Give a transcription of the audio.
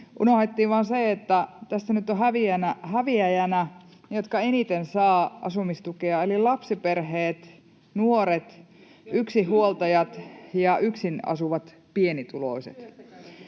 Unohdettiin vaan se, että tässä nyt ovat häviäjinä ne, jotka eniten saavat asumistukea, eli lapsiperheet, nuoret, yksinhuoltajat ja yksin asuvat pienituloiset.